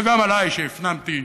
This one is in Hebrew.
וגם עליי, שהפנמתי